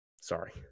sorry